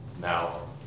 Now